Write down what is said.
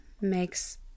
makes